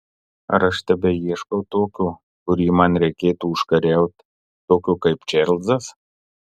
ar aš tebeieškau tokio kurį man reikėtų užkariauti tokio kaip čarlzas